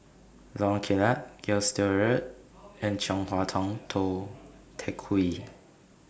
Lorong Kilat Gilstead Road and Chong Hua Tong Tou Teck Hwee